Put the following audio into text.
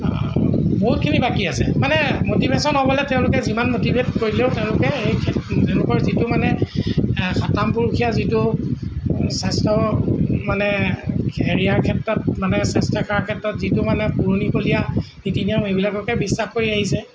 বহুতখিনি বাকী আছে মানে ম'টিভেশ্যন হ'বলৈ তেওঁলোকে যিমান ম'টিভেট কৰিলেও তেওঁলোকে এই ক্ষেত্ৰ তেওঁলোকৰ যিটো মানে সাতামপুৰুষীয়া যিটো স্বাস্থ্য মানে হেৰিৰ ক্ষেত্ৰত মানে স্বাস্থ্যসেৱাৰ ক্ষেত্ৰত যিটো মানে পুৰণিকলীয়া নীতি নিয়ম সেইবিলাককে বিশ্বাস কৰি আহিছে